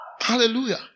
Hallelujah